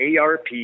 ARP